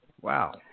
Wow